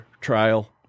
trial